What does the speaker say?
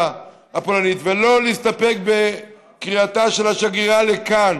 הפולנית ולא להסתפק רק בקריאתה של השגרירה לכאן